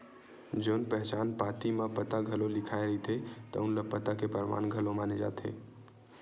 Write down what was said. जउन पहचान पाती म पता घलो लिखाए रहिथे तउन ल पता के परमान घलो माने जाथे